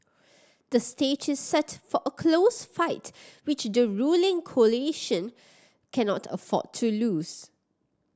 the stage is set for a close fight which the ruling coalition cannot afford to lose